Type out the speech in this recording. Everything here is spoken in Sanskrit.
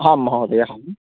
हां महोदयः हां